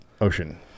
ocean